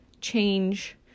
change